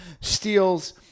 steals